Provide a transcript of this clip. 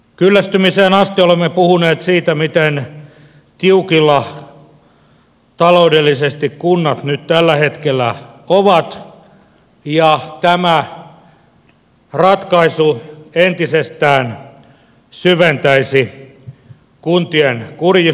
kyllästymiseen asti olemme puhuneet siitä miten tiukilla taloudellisesti kunnat nyt tällä hetkellä ovat ja tämä ratkaisu entisestään syventäisi kuntien kurjistumista